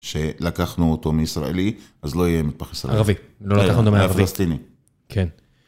שלקחנו אותו מישראלי, אז לא יהיה מערבי.ערבי. לא לקחנו אותו מערבי.פלשתיני. כן.